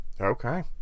Okay